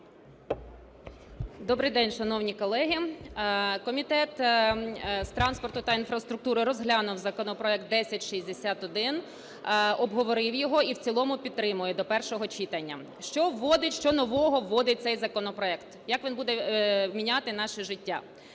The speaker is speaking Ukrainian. Добрий день, шановні колеги! Комітет з транспорту та інфраструктури розглянув законопроект 1061, обговорив його і в цілому підтримує до першого читання. Що вводить… Що нового вводить цей законопроект? Як він буде міняти наше життя.